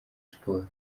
sports